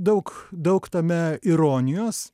daug daug tame ironijos